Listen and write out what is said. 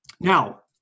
Now